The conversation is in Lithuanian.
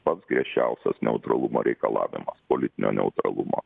pats griežčiausias neutralumo reikalavimas politinio neutralumo